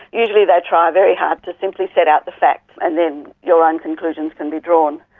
usually they try very hard to simply set out the facts and then your own conclusions can be drawn.